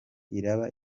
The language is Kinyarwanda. iraba